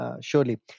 surely